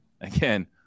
again